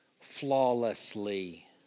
flawlessly